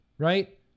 Right